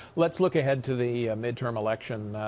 let's look ahead to the midterm election,